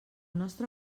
nostre